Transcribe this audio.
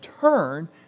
turn